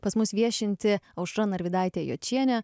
pas mus viešinti aušra narvidaitė jočienė